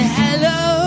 hello